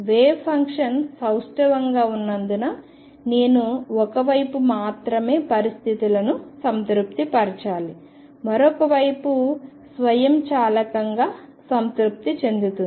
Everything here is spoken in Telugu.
వేవ్ ఫంక్షన్ సౌష్టవంగా ఉన్నందున నేను ఒక వైపు మాత్రమే పరిస్థితులను సంతృప్తి పరచాలి మరొక వైపు స్వయంచాలకంగా సంతృప్తి చెందుతుంది